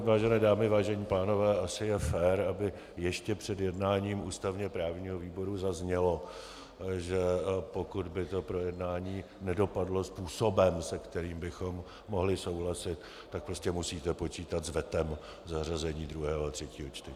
Vážené dámy, vážení pánové, asi je fér, aby ještě před jednáním ústavněprávního výboru zaznělo, že pokud by to projednání nedopadlo způsobem, se kterým bychom mohli souhlasit, tak prostě musíte počítat s vetem zařazení druhého a třetího čtení.